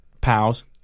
pals